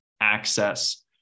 access